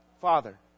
Father